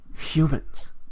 humans